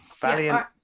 valiant